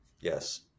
Yes